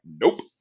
nope